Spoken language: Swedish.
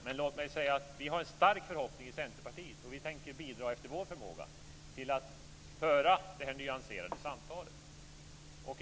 Men låt mig säga att vi har en stark förhoppning i Centerpartiet, och vi tänker bidra efter vår förmåga till att föra detta nyanserade samtal. Herr talman!